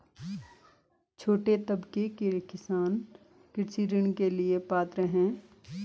छोटे तबके के किसान कृषि ऋण के लिए पात्र हैं?